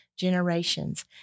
generations